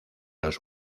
los